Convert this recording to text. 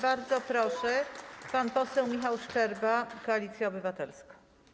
Bardzo proszę, pan poseł Michał Szczerba, Koalicja Obywatelska.